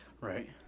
Right